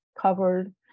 covered